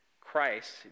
Christ